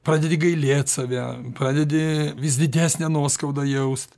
pradedi gailėt save pradedi vis didesnę nuoskaudą jaust